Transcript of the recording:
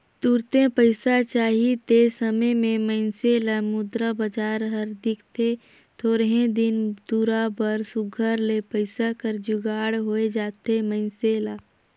तुरते पइसा चाही ते समे में मइनसे ल मुद्रा बजार हर दिखथे थोरहें दिन दुरा बर सुग्घर ले पइसा कर जुगाड़ होए जाथे मइनसे ल